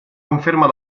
conferma